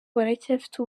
baracyafite